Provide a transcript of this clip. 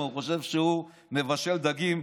הוא חושב שהוא מבשל דגים,